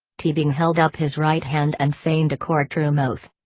teabing held up his right hand and feigned a courtroom oath.